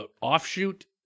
offshoot